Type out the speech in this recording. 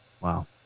Wow